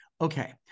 okay